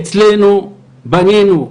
אצלנו בנינו,